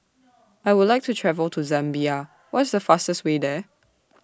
I Would like to travel to Zambia What IS The fastest Way There